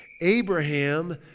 Abraham